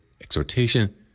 exhortation